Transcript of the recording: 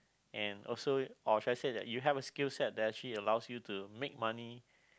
and also or should I say that you have a skill set that actually allows you to make money